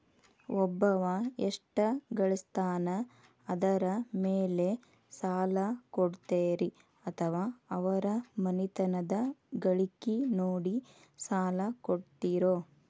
ಒಬ್ಬವ ಎಷ್ಟ ಗಳಿಸ್ತಾನ ಅದರ ಮೇಲೆ ಸಾಲ ಕೊಡ್ತೇರಿ ಅಥವಾ ಅವರ ಮನಿತನದ ಗಳಿಕಿ ನೋಡಿ ಸಾಲ ಕೊಡ್ತಿರೋ?